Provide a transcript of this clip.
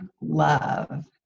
love